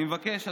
אני מבקש,